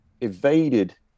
evaded